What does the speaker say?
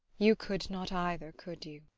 you could not either, could you?